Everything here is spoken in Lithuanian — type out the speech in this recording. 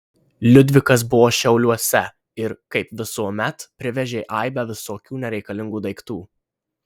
liudvikas buvo šiauliuose ir kaip visuomet privežė aibę visokių nereikalingų daiktų